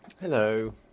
Hello